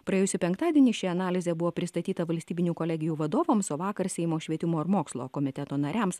praėjusį penktadienį ši analizė buvo pristatyta valstybinių kolegijų vadovams o vakar seimo švietimo ir mokslo komiteto nariams